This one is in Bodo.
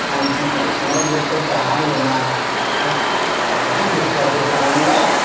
सानसे न'सिङाव जेबबो जाया लोङा आरो एसे दिखुरा दिखुरानालाय